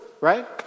right